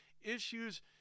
issues